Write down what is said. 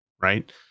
right